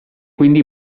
quindi